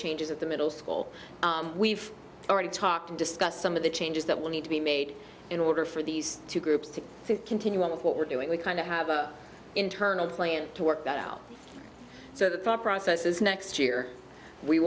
changes at the middle school we've already talked and discuss some of the changes that will need to be made in order for these two groups to continue on with what we're doing we kind of have a internal plan to work that out so the thought process is next year we